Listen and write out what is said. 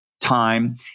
time